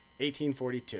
1842